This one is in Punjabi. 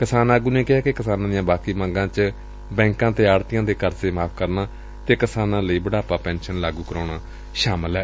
ਕਿਸਾਨ ਆਗੁ ਨੇ ਕਿਹਾ ਕਿ ਕਿਸਾਨਾਂ ਦੀਆਂ ਬਾਕੀ ਮੰਗਾਂ ਚ ਬੈਂਕਾਂ ਅਤੇ ਆਤ੍ਤੀਆਂ ਦੇ ਕਰਜ਼ੇ ਮਾਫ਼ ਕਰਨਾ ਅਤੇ ਕਿਸਾਨਾਂ ਲਈ ਬੁਢਾਪਾ ਪੈਨਸਨ ਲਾਗੁ ਕਰਾਉਣਾ ਸ਼ਾਮਲ ਏ